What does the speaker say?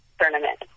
tournament